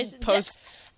Posts